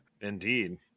Indeed